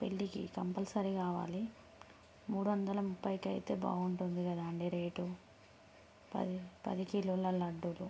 పెళ్ళికి కంపల్సరీ కావాలి మూడు వందల ముప్పైకి అయితే బాగుంటుంది కదా అండీ రేటు పది పది కిలోల లడ్డూలు